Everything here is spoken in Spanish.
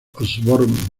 osborne